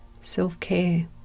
Self-care